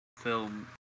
film